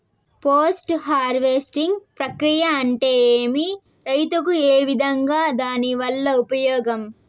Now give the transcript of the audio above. Post harvesting ప్రక్రియ అంటే ఏమి? రైతుకు ఏ విధంగా దాని వల్ల ఉపయోగం?